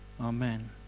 Amen